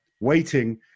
waiting